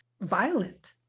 violent